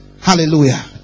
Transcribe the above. Hallelujah